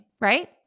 right